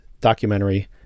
documentary